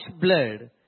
blood